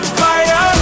fire